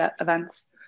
events